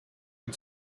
and